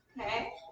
Okay